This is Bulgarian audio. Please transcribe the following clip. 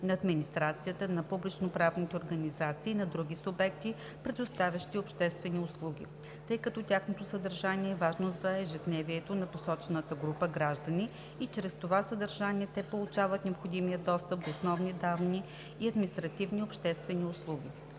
на администрацията, на публичноправните организации и на други субекти, предоставящи обществени услуги, тъй като тяхното съдържание е важно за ежедневието на посочената група граждани и чрез това съдържание те получават необходимия достъп до основни данни и административни и обществени услуги.